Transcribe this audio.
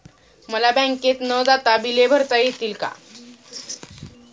मला बँकेत न जाता बिले भरता येतील का?